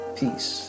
peace